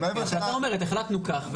כשאתה אומר: החלטנו כך,